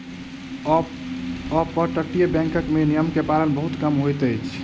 अपतटीय बैंक में नियम के पालन बहुत कम होइत अछि